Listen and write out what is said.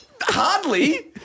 Hardly